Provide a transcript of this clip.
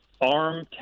arm